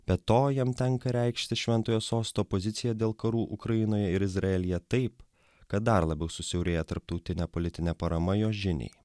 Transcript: be to jam tenka reikšti šventojo sosto poziciją dėl karų ukrainoje ir izraelyje taip kad dar labiau susiaurėja tarptautinė politinė parama jos žiniai